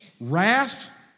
wrath